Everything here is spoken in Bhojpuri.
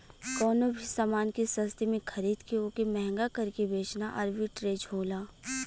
कउनो भी समान के सस्ते में खरीद के वोके महंगा करके बेचना आर्बिट्रेज होला